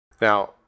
Now